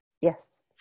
Yes